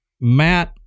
Matt